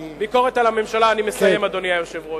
אני מסיים, אדוני היושב-ראש.